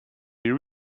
you